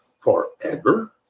forever